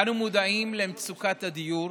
אנו מודעים למצוקת הדיור